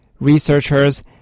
Researchers